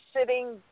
sitting